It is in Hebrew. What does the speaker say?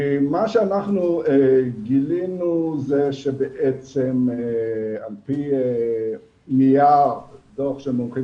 מה שאנחנו גילינו זה שבעצם על פי נייר דו"ח של מומחים